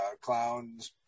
clowns